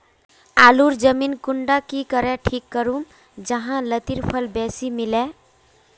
आलूर जमीन कुंडा की करे ठीक करूम जाहा लात्तिर फल बेसी मिले?